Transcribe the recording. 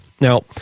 Now